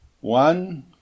One